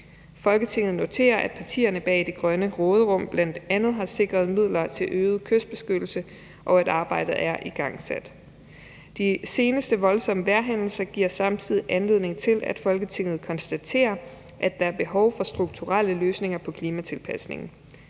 Folketinget noterer, at partierne bag det grønne råderum har sikret midler til øget kystbeskyttelse, og at arbejdet er igangsat. De seneste voldsomme vejrhændelser giver samtidig anledning til, at Folketinget konstaterer, at der er behov for strukturelle løsninger på klimatilpasningen.